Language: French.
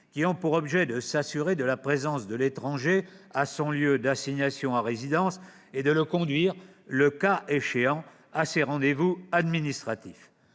ont pour objet de s'assurer de la présence de l'étranger à son lieu d'assignation à résidence et de le conduire, le cas échéant, à ses rendez-vous administratifs.